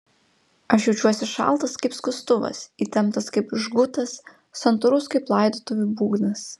aš jaučiuosi šaltas kaip skustuvas įtemptas kaip žgutas santūrus kaip laidotuvių būgnas